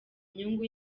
nyungu